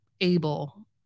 able